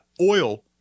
oil